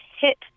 hit